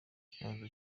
kibazo